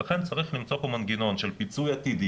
לכן צריך למצוא פה מנגנון של פיצוי עתידי,